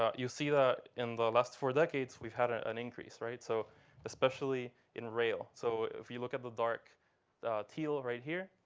ah you see that, in the last four decades, we've had an an increase, so especially in rail. so if you look at the dark teal right here,